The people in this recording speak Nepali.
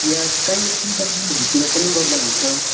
यहाँ काहीँ टी गार्डनहरूतिर पनि गर्दा हुन्छ